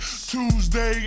Tuesday